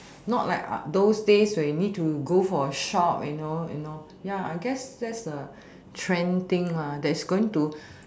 not like those days you need to go for a shop you know you know ya I guess that's the trending